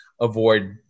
avoid